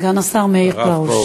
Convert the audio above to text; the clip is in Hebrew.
סגן השר מאיר פרוש.